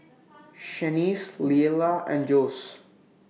Shaniece Leala and Jose